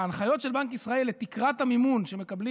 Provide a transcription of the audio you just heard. ההנחיות של בנק ישראל לתקרת המימון שמקבלים